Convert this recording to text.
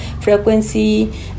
frequency